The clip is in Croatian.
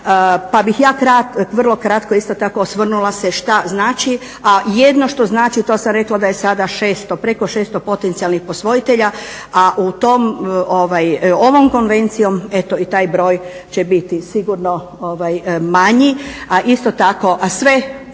pa bih ja vrlo kratko isto tako osvrnula se šta znači a jedno što znači to sam rekla da je sada 600, preko 600 potencijalnih posvojitelja, a ovom konvencijom eto i taj broj će biti sigurno manji, a isto tako, a sve